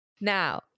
Now